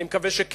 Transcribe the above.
אני מקווה שכן.